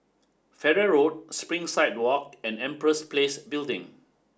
Farrer Road Springside Walk and Empress Place Building